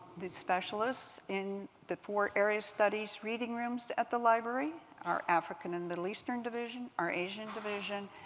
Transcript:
the specialists in the four area studies reading rooms at the library our african and middle eastern division, our asian division,